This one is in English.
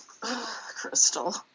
Crystal